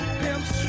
pimps